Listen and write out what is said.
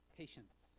patience